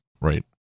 right